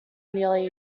nearly